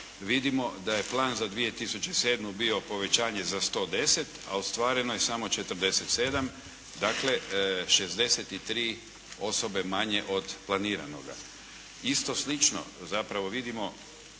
vidimo da je plan za 2007. bio povećanje za 110, a ostvareno je samo 47. Dakle, 63 osobe manje od planiranoga. Isto slično, zapravo vidimo,